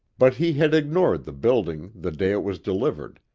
but he had ignored the building the day it was delivered,